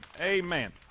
Amen